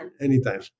Anytime